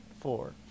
four